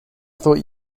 thought